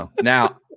Now